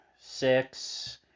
six